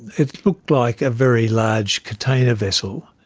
it looked like a very large container vessel,